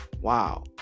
wow